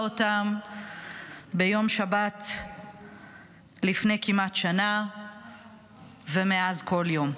אותם ביום שבת לפני כמעט שנה ומאז כל יום.